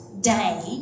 day